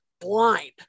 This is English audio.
blind